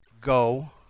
Go